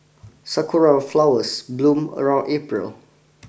sakura flowers bloom around April